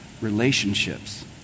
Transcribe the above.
relationships